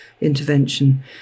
intervention